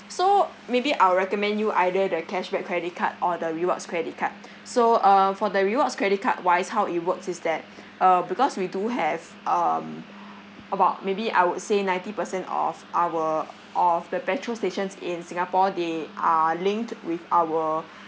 so maybe I'll recommend you either the cashback credit card or the rewards credit card so uh for the rewards credit card wise how it works is that uh because we do have um about maybe I would say ninety percent of our of the petrol stations in singapore they are linked with our